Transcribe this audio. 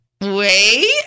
wait